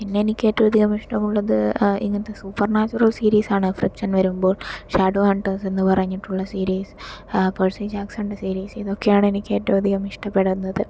പിന്നെയെനിക്ക് ഏറ്റവും അധികം ഇഷ്ടമുള്ളത് ഇങ്ങനത്തെ സൂപ്പർ നാച്ചുറൽ സീരിസ് ആണ് ഫിക്ഷൻ വരുമ്പോൾ ഷാഡോഹാൻഡ് എന്നു പറഞ്ഞിട്ടുള്ള സീരീസ് പെർസിജാക്സന്റെ സീരീസ് ഇതൊക്കെയാണെനിക്ക് ഏറ്റവും അധികം ഇഷ്ടപ്പെടുന്നത്